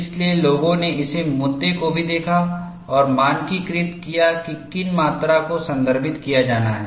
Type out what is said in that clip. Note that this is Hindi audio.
इसलिए लोगों ने इस मुद्दे को भी देखा और मानकीकृत किया कि किन मात्रा को संदर्भित किया जाना है